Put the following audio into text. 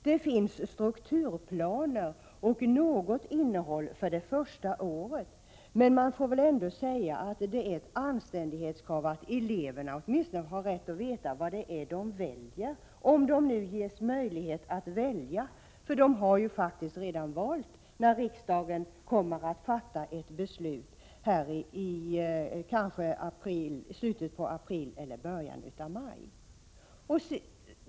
Det finns strukturplaner och något innehåll för det första året. Man får väl ändå säga att det är ett anständighetskrav att eleverna åtminstone har rätt att veta vad de väljer, om de ges möjlighet att välja. De har ju faktiskt redan valt när riksdagen kommer att fatta ett beslut i slutet av april eller i början av maj.